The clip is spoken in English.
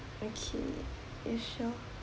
okay ya sure